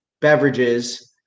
beverages